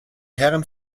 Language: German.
herren